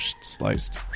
sliced